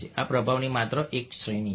આ પ્રભાવની માત્ર એક શ્રેણી છે